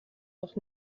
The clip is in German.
doch